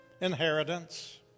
inheritance